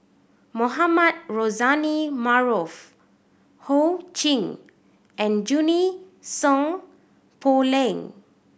Mohamed Rozani Maarof Ho Ching and Junie Sng Poh Leng